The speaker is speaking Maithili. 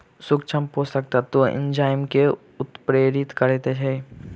सूक्ष्म पोषक तत्व एंजाइम के उत्प्रेरित करैत छै